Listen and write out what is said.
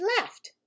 left